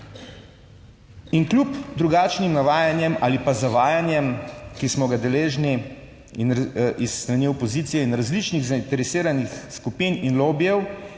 In kljub drugačnim navajanjem ali pa zavajanjem, ki smo ga deležni in s strani opozicije in različnih zainteresiranih skupin in lobijev,